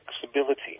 flexibility